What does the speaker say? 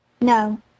No